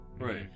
Right